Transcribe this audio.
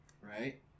right